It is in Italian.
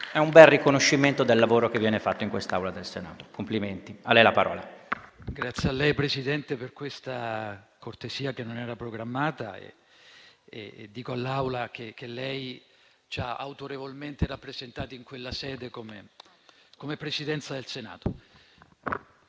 la ringrazio per questa cortesia che non era programmata e dico all'Assemblea che lei ci ha autorevolmente rappresentati in quella sede come Presidenza del Senato.